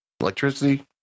electricity